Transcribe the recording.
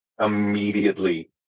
immediately